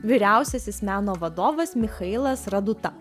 vyriausiasis meno vadovas michailas raduta